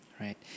right